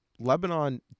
Lebanon